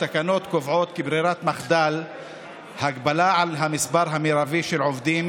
התקנות קובעות כברירת מחדל הגבלה על המספר המרבי של עובדים